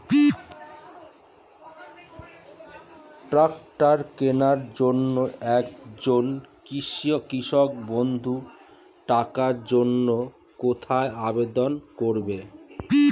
Tractor কিনার জন্য একজন কৃষক বন্ধু টাকার জন্য কোথায় আবেদন করবে?